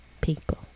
people